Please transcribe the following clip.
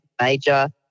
major